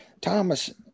Thomas